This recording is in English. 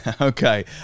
Okay